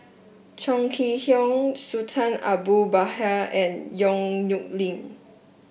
Chong Kee Hiong Sultan Abu Bakar and Yong Nyuk Lin